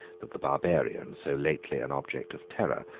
that the barbarian, so lately an object of terror,